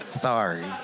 Sorry